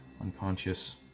unconscious